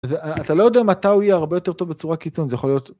אתה לא יודע מתי הוא יהיה הרבה יותר טוב בצורה קיצון, זה יכול להיות...